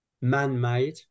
man-made